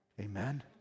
Amen